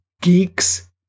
geeks